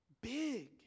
big